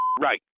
right